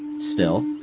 still,